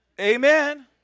Amen